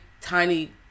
tiny